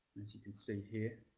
as you can see here.